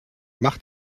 mach